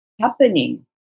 happening